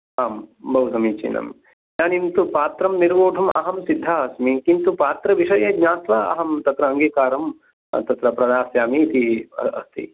आम् बहु समीचिनं इदानीं तु पात्रं निर्वोढुम् अहं सिद्धः अस्मि किन्तु पात्रविषये ज्ञात्वा अहम् तत्र अङ्गीकारं तत्र प्रदास्यामि इति अस्ति